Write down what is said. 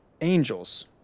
Angels